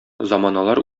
заманалар